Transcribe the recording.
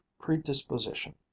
predisposition